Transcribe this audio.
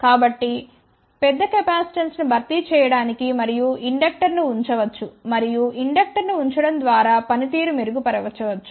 కాబట్టి పెద్ద కెపాసిటెన్స్ను భర్తీ చేయడానికి మరియు ఇండక్టర్ను ఉంచవచ్చు మరియు ఇండక్టర్ ను ఉంచడం ద్వారా పనితీరు మెరుగుపరచవచ్చు